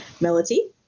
Melody